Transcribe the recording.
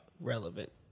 relevant